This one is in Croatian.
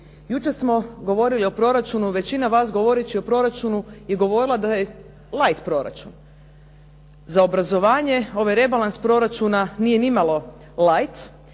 Jučer smo govorili o proračunu, većina vas govoreći o proračunu je govorila da je "light" proračun. Za obrazovanje, ovaj rebalans proračuna nije ni malo "light",